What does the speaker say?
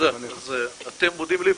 ג'בארין, הודינו לך,